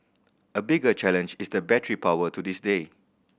a bigger challenge is the battery power to this day